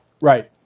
right